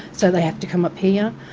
so they have to come up here.